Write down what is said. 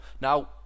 now